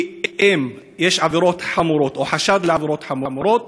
כי אם יש עבירות חמורות, או חשד לעבירות חמורות,